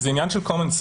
זה עניין של שכל ישר.